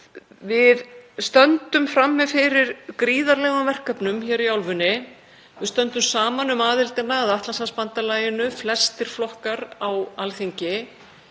Við stöndum frammi fyrir gríðarlegum verkefnum í álfunni. Við stöndum saman um aðildina að Atlantshafsbandalaginu, flestir flokkar á Alþingi.